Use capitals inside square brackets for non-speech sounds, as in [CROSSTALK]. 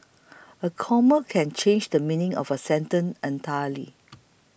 [NOISE] a comma can change the meaning of a sentence entirely